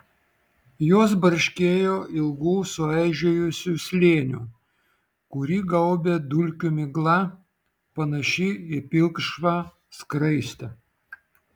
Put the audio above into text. jos barškėjo ilgu suaižėjusiu slėniu kurį gaubė dulkių migla panaši į pilkšvą skraistę